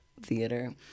theater